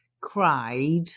cried